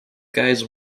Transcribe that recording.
guys